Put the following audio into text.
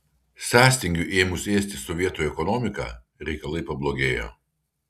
sąstingiui ėmus ėsti sovietų ekonomiką reikalai pablogėjo